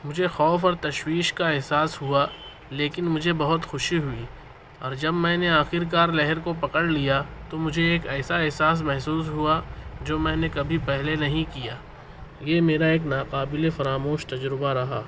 مجھے خوف اور تشویش کا احساس ہوا لیکن مجھے بہت خوشی ہوئی اور جب میں نے آخرکار لہر کو پکڑ لیا تو مجھے ایک ایسا احساس محسوس ہوا جو میں نے کبھی پہلے نہیں کیا یہ میرا ایک ناقابلِ فراموش تجربہ رہا